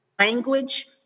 Language